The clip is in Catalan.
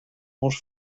molts